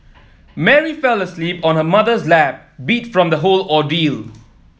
Mary fell asleep on her mother's lap beat from the whole ordeal